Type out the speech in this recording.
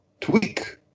tweak